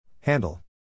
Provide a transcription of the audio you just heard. Handle